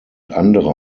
andere